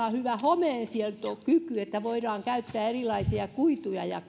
on hyvä homeensietokyky sitä voidaan käyttää erilaisiin kuituihin ja ja